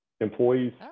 employees